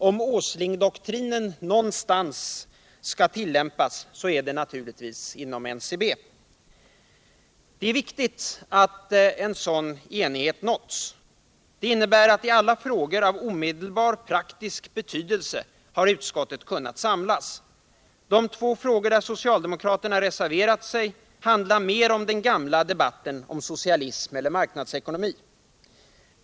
Om Åslingdoktrinen någonstans skall tillämpas, är det naturligtvis inom NCB. Det är viktigt att en sådan enighet har nåtts. Det innebär att i alla frågor av omedelbar praktisk betydelse har utskottet kunnat samlas. De två frågor där socialdemokraterna reserverat sig handlar mer om den gamla debatten om socialism eller marknadsekonomi.